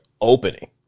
opening